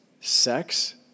sex